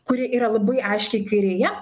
kuri yra labai aiškiai kairėje